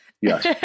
Yes